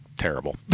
Terrible